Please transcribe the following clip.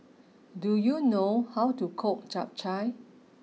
do you know how to cook Chap Chai